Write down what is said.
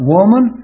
Woman